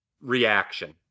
reaction